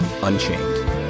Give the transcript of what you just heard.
unchained